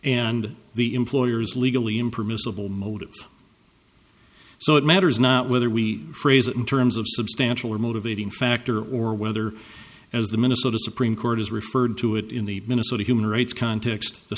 and the employer's legally impermissible motives so it matters not whether we phrase it in terms of substantial or motivating factor or whether as the minnesota supreme court has referred to it in the minnesota human rights context the